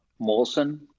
Molson